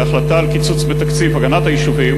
בהחלטה על קיצוץ בתקציב הגנת היישובים